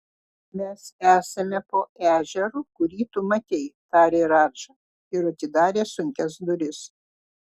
mes esame po ežeru kurį tu matei tarė radža ir atidarė sunkias duris